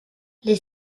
les